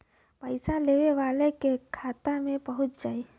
पइसा लेवे वाले के खाता मे पहुँच जाई